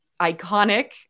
iconic